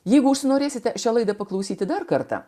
jeigu užsinorėsite šią laidą paklausyti dar kartą